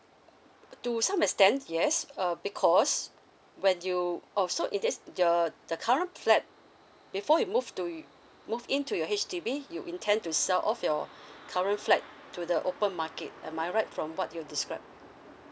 to some extent yes uh because when you oh so in this the the current flat before you move to move in to your H_D_B you intend to sell off your current flat to the open market am I right from what you described